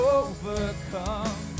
overcome